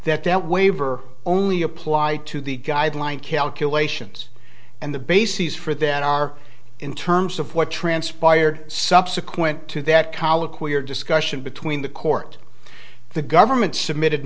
that that waiver only apply to the guideline calculations and the bases for that are in terms of what transpired subsequent to that colloquy or discussion between the court the government submitted